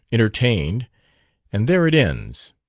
entertained and there it ends.